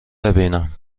ببینم